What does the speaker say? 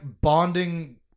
bonding